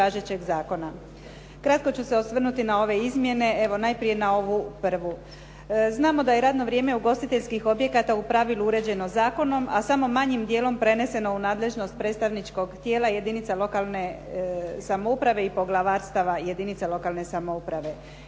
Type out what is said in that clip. Kratko ću se osvrnuti na ove izmjene, evo najprije na ovu prvu. Znamo da je radno vrijeme ugostiteljskih objekata u pravilu uređeno zakonom, a samo manjim dijelom preneseno u nadležnost predstavničkog tijela jedinica lokalne samouprave i poglavarstava jedinica lokalne samouprave.